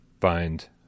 find